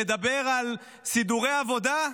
לדבר על סידורי עבודה,